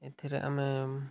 ଏଥିରେ ଆମେ